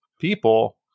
people